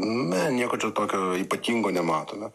na nieko čia tokio ypatingo nematome